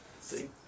See